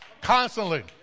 Constantly